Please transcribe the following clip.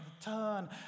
turn